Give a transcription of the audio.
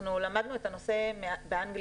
אנחנו למדנו את הנושא באנגליה.